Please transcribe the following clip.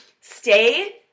stay